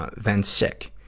ah then sick.